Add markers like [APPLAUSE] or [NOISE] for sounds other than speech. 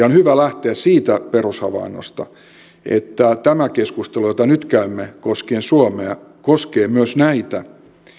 [UNINTELLIGIBLE] on hyvä lähteä siitä perushavainnosta että tämä keskustelu jota nyt käymme koskien suomea koskee myös näitä